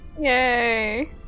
Yay